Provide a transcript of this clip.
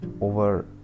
over